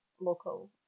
local